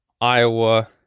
Iowa